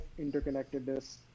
interconnectedness